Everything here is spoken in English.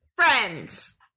Friends